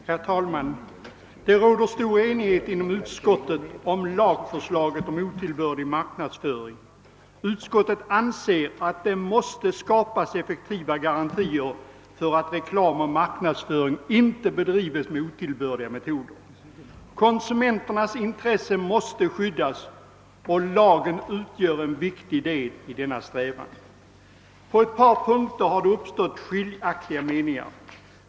Herr talman! Det råder stor enighet inom utskottet om lagförslaget om otillbörlig marknadsföring. Utskottet anser att det måste skapas effektiva garantier för att reklam och marknadsföring inte bedrivs med otillbörliga metoder. Konsumenternas intressen måste skyddas, och lagen utgör en viktig del i denna strävan. På ett par punkter har det uppstått skiljaktiga meningar.